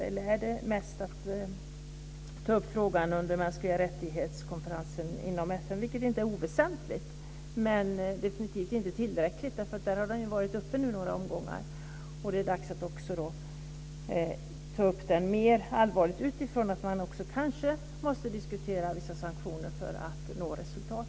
Eller avser ni att ta upp frågan under FN:s mänskligarättighetskonferens, vilket inte är oväsentligt, men det är definitivt inte tillräckligt. Frågan har ju varit uppe i några omgångar, och nu är det dags att ta upp den mera allvarligt, eftersom man kanske måste diskutera vissa sanktioner för att nå ett resultat.